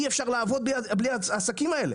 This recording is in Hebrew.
אי אפשר לעבוד בלי העסקים האלה.